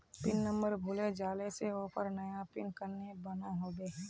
Pin number भूले जाले से ऑफर नया पिन कन्हे बनो होबे?